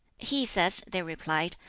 he says, they replied,